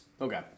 Okay